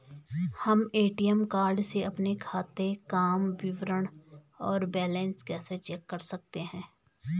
हम ATM card से अपने खाते काम विवरण और बैलेंस कैसे चेक कर सकते हैं?